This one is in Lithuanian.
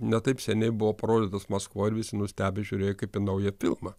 ne taip seniai buvo parodytas maskvoj ir visi nustebę žiūrėjo kaip į naują filmą